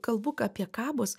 kalbu apie kabus